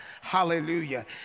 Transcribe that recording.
hallelujah